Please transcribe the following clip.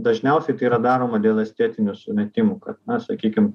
ir dažniausiai tai yra daroma dėl estetinių sumetimų kad na sakykim